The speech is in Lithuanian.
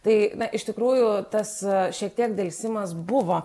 tai na iš tikrųjų tas šiek tiek delsimas buvo